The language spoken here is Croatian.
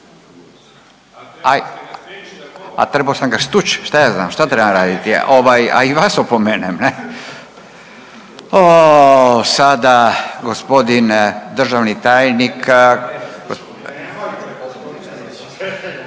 a trebo sam ga stuć? Šta ja znam, šta trebam raditi. A i vas opomenem. O sada g. državni tajnik